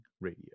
Radio